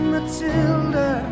Matilda